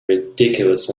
ridiculous